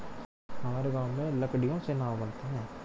हमारे गांव में लकड़ियों से नाव बनते हैं